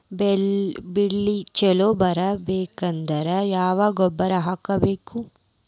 ಬೆಳಿ ಛಲೋ ಬರಬೇಕಾದರ ಯಾವ ಗೊಬ್ಬರ ಹಾಕಬೇಕು?